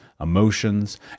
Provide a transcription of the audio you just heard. emotions